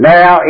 Now